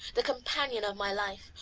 the companion of my life,